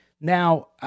Now